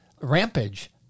Rampage